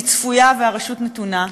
היא צפויה והרשות נתונה,